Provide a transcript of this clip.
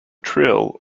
trill